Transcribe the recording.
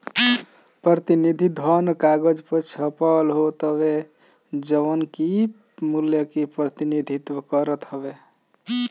प्रतिनिधि धन कागज पअ छपल होत हवे जवन की मूल्य के प्रतिनिधित्व करत हवे